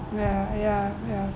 ya ya ya